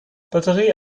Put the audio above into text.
batterie